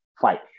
fight